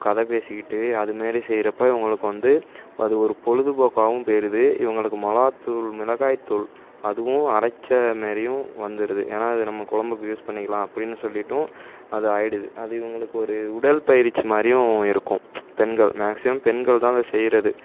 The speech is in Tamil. கதை பேசிக்கிட்டு அதுமாரி செய்கிறப்ப உங்களுக்கு வந்து அது ஒரு பொழுதுபோக்காவும் போயிருது இவங்களுக்கு மிளவா தூள் மிளகாய்தூள் அதுவும் அரைத்த மாரியும் வந்துருது ஏன்னால் அது நம்ம குழம்புக்கு யூஸ் பண்ணிக்கலாம் அப்படினு சொல்லிட்டும் அது ஆயிடுது அது இவங்களுக்கு ஒரு உடல் பயிற்சி மாதிரியும் இருக்கும் பெண்கள் மேக்சிமம் பெண்கள் தான் அதை செய்கிறது